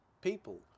people